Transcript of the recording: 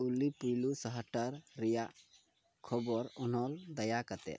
ᱚᱞᱤ ᱯᱤᱞᱩ ᱥᱟᱦᱟᱴᱟᱨ ᱨᱮᱭᱟᱜ ᱠᱷᱚᱵᱚᱨ ᱚᱱᱚᱞ ᱫᱟᱭᱟ ᱠᱟᱛᱮᱫ